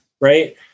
right